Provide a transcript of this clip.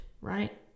right